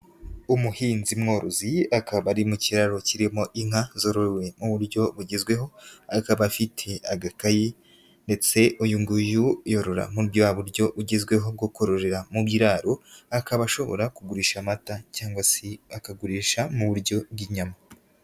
Umuhinzi mworozi akaba ari mu kiraro kirimo inka, zorowe mu buryo bugezweho, akaba afite agakayi ndetse uyu nguyu yorora muri bwa buryo bugezweho bwo kororera mu biraro, akaba ashobora kugurisha amata cyangwa se akagurisha mu buryo bw'inyama.